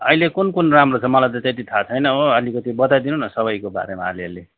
अहिले कुन कुन राम्रो छ मलाई त त्यति थाहा छैन हो अलिकति बताइदिनु न सबैको बारेमा अलिअलि